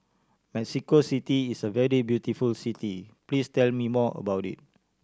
Mexico City is a very beautiful city please tell me more about it